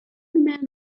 man